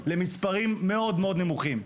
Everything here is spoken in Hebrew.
למספרים מאוד מאוד נמוכים.